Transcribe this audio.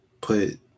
put